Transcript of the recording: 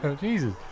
Jesus